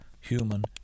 human